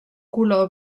color